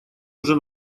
уже